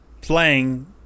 playing